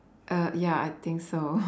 err ya I think so